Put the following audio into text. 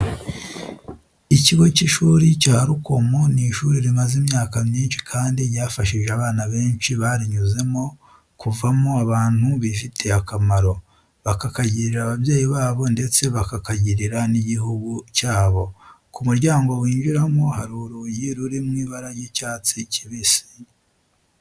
Ikigo cy'ishuri cya Rukomo ni ishuri rimaze imyaka myinshi kandi ryafashije abana benshi barinyuzemo kuvamo abantu bifitiye akamaro, bakakagirira ababyeyi babo ndetse bakakagirira n'igihugu cyabo. Ku muryango winjiramo hari urugi ruri mu ibara ry'icyatsi kibisi.